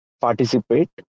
participate